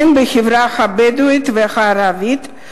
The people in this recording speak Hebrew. הן בחברה הבדואית והערבית?